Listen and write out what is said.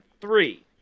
three